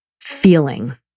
feeling